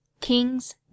King's